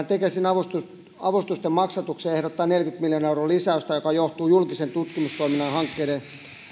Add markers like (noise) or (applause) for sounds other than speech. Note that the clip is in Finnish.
(unintelligible) tekesin avustusten avustusten maksatukseen ehdottaa neljänkymmenen miljoonan euron lisäystä joka johtuu julkisen tutkimustoiminnan hankkeiden